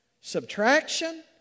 subtraction